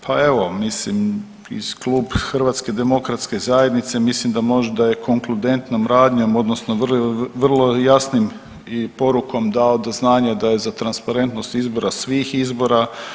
Pa evo mislim i klub HDZ-a mislim da možda je konkludentnom radnjom odnosno vrlo jasnim i porukom dao do znanja da je za transparentnost izbora svih izbora.